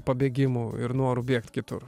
pabėgimų ir norų bėgt kitur